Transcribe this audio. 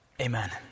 amen